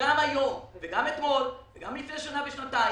גם היום וגם אתמול וגם לפני שנה ושנתיים,